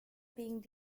being